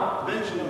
בן של מורה.